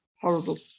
horrible